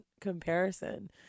comparison